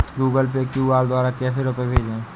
Google Pay QR द्वारा कैसे रूपए भेजें?